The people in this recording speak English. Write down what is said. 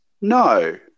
No